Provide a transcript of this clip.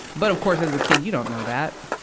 but, of course, as a kid, you don't know that.